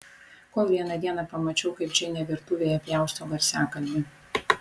kol vieną dieną pamačiau kaip džeinė virtuvėje pjausto garsiakalbį